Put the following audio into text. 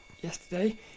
yesterday